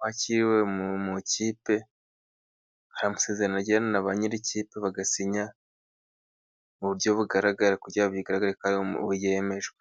wakiriwe mu kipe, hari amasezerano agirana na ba nyir'ikipe bagasinya, mu buryo bugaragara kugira bigaragare ko byemejwe.